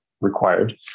Required